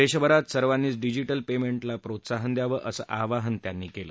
देशभरात सर्वांनीच digital payment प्रोत्साहन द्यावं असं आवाहन मोदी यांनी केलं